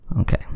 Okay